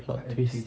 plot twist